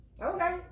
Okay